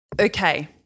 Okay